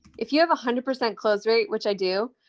if you have a hundred percent close rate, which i do,